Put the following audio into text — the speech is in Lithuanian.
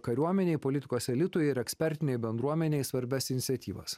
kariuomenei politikos elitui ir ekspertinei bendruomenei svarbias iniciatyvas